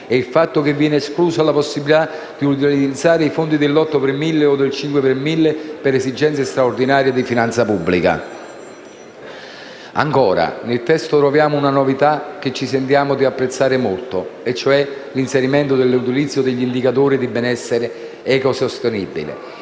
è il fatto che viene esclusa la possibilità di utilizzare i fondi dell'8 per mille e del 5 per mille per esigenze straordinarie di finanza pubblica. Ancora, nel testo troviamo una novità che ci sentiamo di apprezzare molto e cioè l'inserimento dell'utilizzo degli indicatori di benessere ecosostenibile